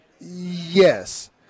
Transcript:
yes